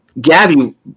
Gabby